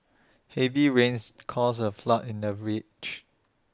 heavy rains caused A flood in the village